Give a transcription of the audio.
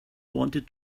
wanted